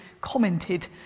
commented